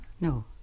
No